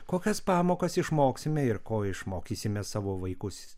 kokias pamokas išmoksime ir ko išmokysime savo vaikus